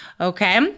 okay